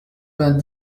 vingt